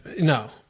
no